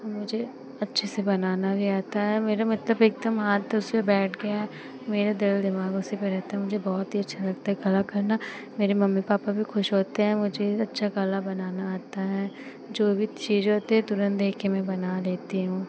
और मुझे अच्छे से बनाना भी आता है और मेरा मतलब एक दम हाथ उसपर बैठ गया है मेरे दिल दिमाग़ उसी पर रहता है मुझे बहुत ही अच्छा लगता है कला करना मेरे मम्मी पापा भी क़हुश होते हैं मुझे अच्छी कला बनानी आती है जो भी चीज़ होती है तुरन्त देखकर मैं बना लेती हूँ